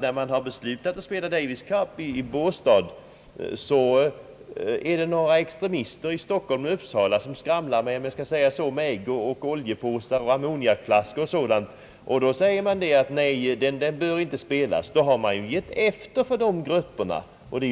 när beslut har fattats att spela Davis Cup i Båstad så innebär detta att man har gett efter för några extremister i Stockholm och Uppsala som skramlar — Om jag så får säga — med ägg, oljepåsar och ammoniakflaskor och liknande saker. Det tycker jag är ett felaktigt tillvägagångssätt.